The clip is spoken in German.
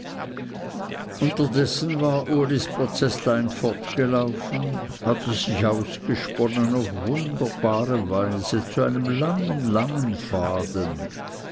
unterdessen war ulis prozeßlein fortgelaufen hatte sich ausgesponnen auf wunderbare weise zu einem langen langen faden